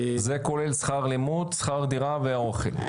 זה כולל שכר לימוד, שכר דירה ואוכל.